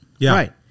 Right